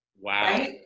Wow